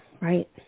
right